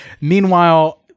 Meanwhile